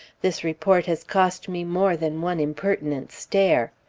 this report has cost me more than one impertinent stare.